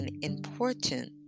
important